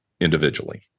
individually